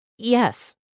yes